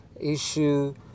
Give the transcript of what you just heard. issue